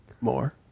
more